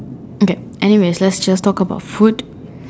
get any messes just talk about food